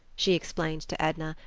she explained to edna,